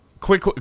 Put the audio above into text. quick